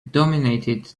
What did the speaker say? dominated